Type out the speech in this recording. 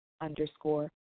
underscore